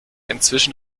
inzwischen